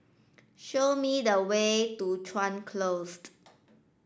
show me the way to Chuan Closed